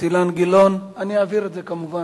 אני אעביר את זה כמובן.